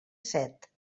set